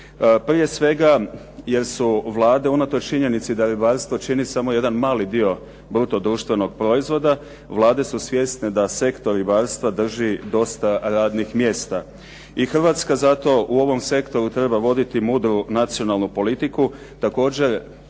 prije svega jer su vlade, unatoč činjenici da ribarstvo čini samo jedan mali dio bruto društvenog proizvoda, vlade su svjesne da sektor ribarstva drži dosta radnih mjesta. I Hrvatska zato u ovom sektoru treba voditi mudru nacionalnu politiku, također